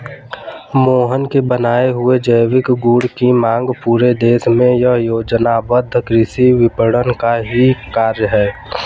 मोहन के बनाए हुए जैविक गुड की मांग पूरे देश में यह योजनाबद्ध कृषि विपणन का ही कार्य है